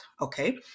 okay